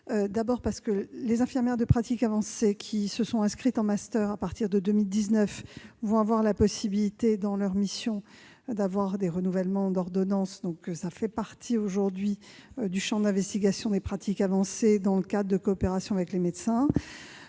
du Gouvernement ? Les infirmières de pratique avancée qui se sont inscrites en master à partir de 2019 auront la possibilité, dans leurs missions, d'effectuer des renouvellements d'ordonnance. Cela fait aujourd'hui partie du champ d'investigation des pratiques avancées dans le cadre de coopérations avec les médecins.